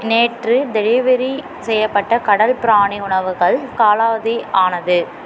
நேற்று டெலிவெரி செய்யப்பட்ட கடல் பிராணி உணவுகள் காலாவதி ஆனது